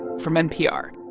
from npr.